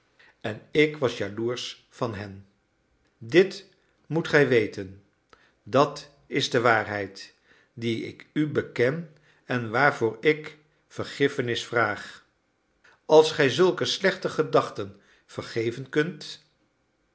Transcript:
en ik was jaloersch van hen dit moet gij weten dat is de waarheid die ik u beken en waarvoor ik vergiffenis vraag als gij zulke slechte gedachten vergeven kunt